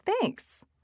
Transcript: thanks